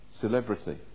celebrity